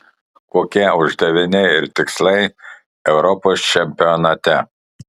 kokie uždaviniai ir tikslai europos čempionate